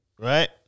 right